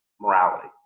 morality